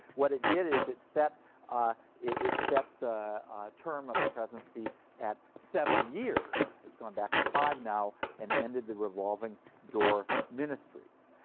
what it did is it set ah it set the term of the presidency at seven years it's gone back to five now and ended the revolving-door ministries.